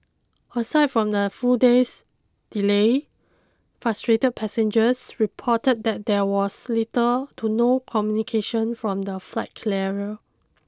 aside from the full day's delay frustrated passengers reported that there was little to no communication from the flight carrier